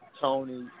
Tony